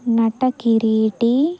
నటకిరీటి